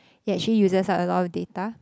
it actually uses a lot of data